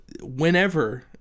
whenever